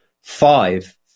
five